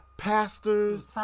pastors